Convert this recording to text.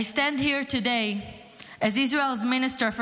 I stand here today as Israel's Minister for